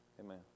amen